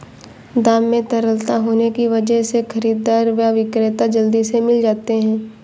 दाम में तरलता होने की वजह से खरीददार व विक्रेता जल्दी से मिल जाते है